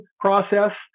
process